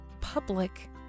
public